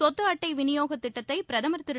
சொத்து அட்டை விநியோக திட்டத்தை பிரதமர் திரு